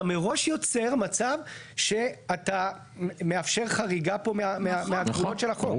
אתה מראש יוצר מצב שאתה מאפשר חריגה פה מהגבולות של החוק.